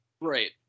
right